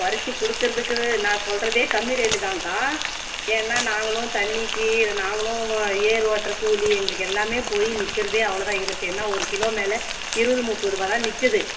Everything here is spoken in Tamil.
பறிச்சு கொடுக்குறதுக்கு நான் சொல்லுறதே கம்மி ரேட்டு தான்க்கா ஏன்னால் நாங்களும் தண்ணிக்கு நாங்களும் ஏர் ஓட்டுற கூலி எங்களுக்கு எல்லாமே போய் நிற்கறதே அவ்வளோ தான் எங்களுக்கு என்ன ஒரு கிலோ மேலே இருபது முப்பது ருபாய் தான் நிற்கிது